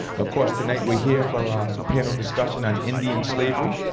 of course, tonight we're here for our panel discussion on indian slavery,